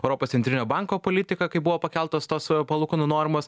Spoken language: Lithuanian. europos centrinio banko politiką kai buvo pakeltos tos palūkanų normos